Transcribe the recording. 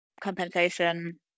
compensation